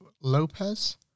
lopez